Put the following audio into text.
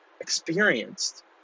experienced